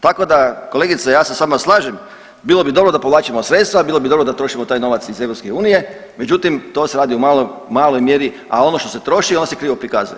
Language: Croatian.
Tako da, kolegice, ja se s vama slažem, bilo bi dobro da povlačimo sredstva, bilo bi dobro da trošimo taj novac iz EU, međutim, to se radi u maloj mjeri, a ono što se troši, on se krivo prikazuje.